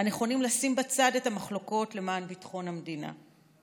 והנכונים לשים בצד את המחלוקות למען ביטחון המדינה.